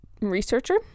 researcher